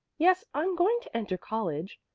yes, i'm going to enter college,